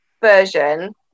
version